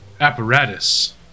apparatus